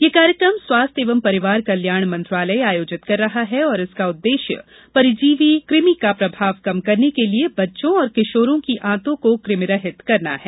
यह कार्यक्रम स्वास्थ्य एवं परिवार कल्यााण मंत्रालय आयोजित कर रहा है और इसका उद्देश्य परजीवी कृमि का प्रभाव कम करने के लिए बच्चों और किशोरों की आंतों को कृमिरहित करना है